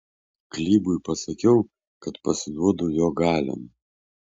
klybui pasakiau kad pasiduodu jo galion